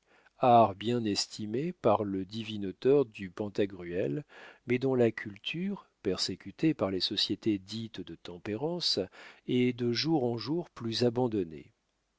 art bien estimé par le divin auteur du pantagruel mais dont la culture persécutée par les sociétés dites de tempérance est de jour en jour plus abandonnée